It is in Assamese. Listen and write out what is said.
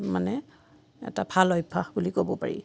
মানে এটা ভাল অভ্যাস বুলি ক'ব পাৰি